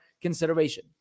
consideration